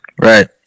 right